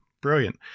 Brilliant